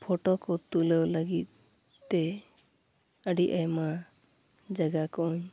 photo ᱠᱚ ᱛᱩᱞᱟᱹᱣ ᱞᱟᱹᱜᱤᱫ ᱛᱮ ᱟᱹᱰᱤ ᱟᱭᱢᱟ ᱡᱟᱜᱟᱠᱚᱧ